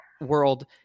world